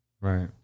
Right